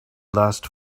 last